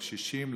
לקשישים,